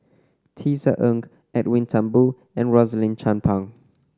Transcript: Tisa Ng Edwin Thumboo and Rosaline Chan Pang